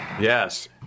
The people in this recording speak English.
Yes